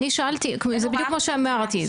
זה בדיוק כמו שאמרתי,